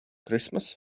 christmas